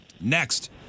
Next